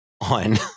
on